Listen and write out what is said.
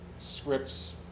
Scripts